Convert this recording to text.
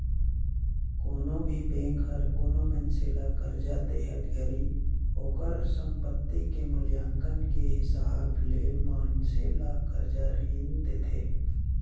कोनो भी बेंक हर कोनो मइनसे ल करजा देहत घरी ओकर संपति के मूल्यांकन के हिसाब ले मइनसे ल करजा रीन देथे